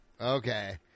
okay